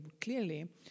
clearly